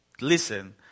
Listen